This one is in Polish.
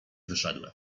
wszedłem